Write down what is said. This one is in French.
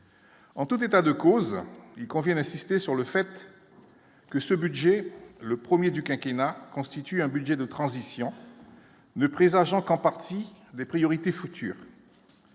en tout état de cause, il convient d'insister sur le fait que ce budget le 1er du quinquennat constitue un budget de transition. Ne présage qu'en partie des priorités futures.